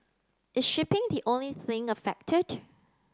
is shipping the only thing affected